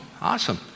awesome